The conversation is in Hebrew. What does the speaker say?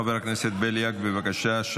חבר הכנסת בליאק, בבקשה.